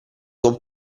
con